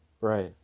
Right